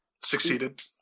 succeeded